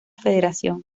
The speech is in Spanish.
federación